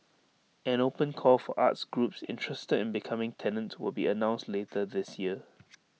an open call for arts groups interested in becoming tenants will be announced later this year